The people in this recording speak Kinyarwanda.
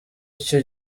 icyo